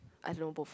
I don't know both